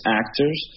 actors